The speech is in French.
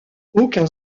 aucun